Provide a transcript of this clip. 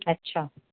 अच्छा